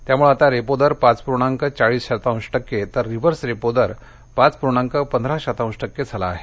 त्यामुळे आता रेपो दर पाच पूर्णाक चाळीस शतांश टक्के तर रिव्हर्स रेपो दर पाच पूर्णाक पंधरा शतांश टक्के इतका झाला आहे